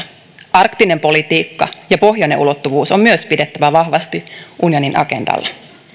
arktinen politiikka ja pohjoinen ulottuvuus on pidettävä vahvasti unionin agendalla